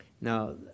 Now